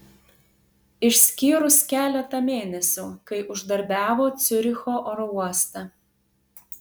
išskyrus keletą mėnesių kai uždarbiavo ciuricho oro uoste